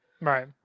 Right